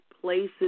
places